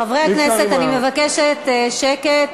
חברי הכנסת, אני מבקשת שקט,